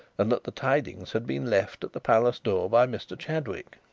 and that the tidings had been left at the palace door by mr chadwick.